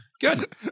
Good